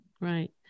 Right